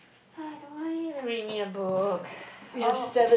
I don't want eat read me a book oh